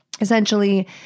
Essentially